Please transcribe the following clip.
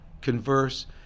converse